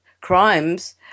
crimes